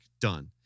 done